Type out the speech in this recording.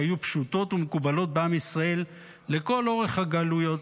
שהיו פשוטים ומקובלים בעם ישראל לכל אורך הגלויות,